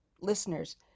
listeners